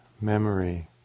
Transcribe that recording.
memory